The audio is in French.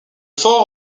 fort